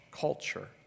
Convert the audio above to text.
culture